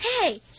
Hey